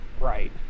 Right